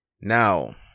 Now